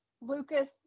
Lucas